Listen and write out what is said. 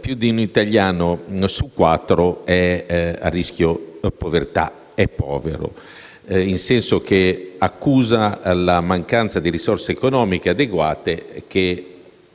Più di un italiano su quattro è a rischio povertà, è povero, nel senso che accusa la mancanza di risorse economiche adeguate che